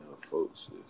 folks